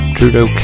Trudeau